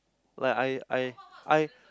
like I I I